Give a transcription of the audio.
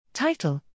Title